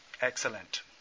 excellent